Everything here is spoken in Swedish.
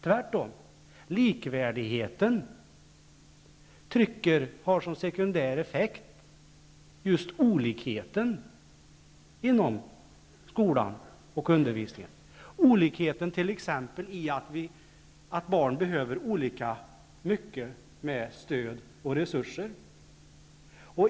Tvärtom har likvärdigheten som sekundär effekt just olikhet inom skolan och undervisningen, t.ex. olikheten att barn behöver olika mycket stöd och resurser.